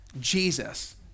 Jesus